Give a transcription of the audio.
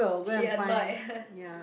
she annoyed